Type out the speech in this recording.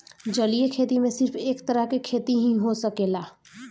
जलीय खेती में सिर्फ एक तरह के खेती ही हो सकेला